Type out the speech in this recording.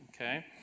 okay